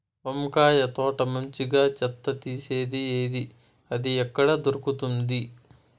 వంకాయ తోట మంచిగా చెత్త తీసేది ఏది? అది ఎక్కడ దొరుకుతుంది?